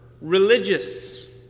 religious